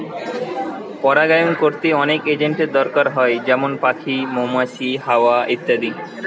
পরাগায়ন কোরতে অনেক এজেন্টের দোরকার হয় যেমন পাখি, মৌমাছি, হাওয়া ইত্যাদি